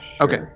Okay